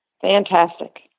Fantastic